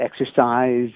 exercise